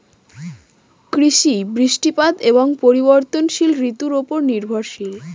কৃষি বৃষ্টিপাত এবং পরিবর্তনশীল ঋতুর উপর নির্ভরশীল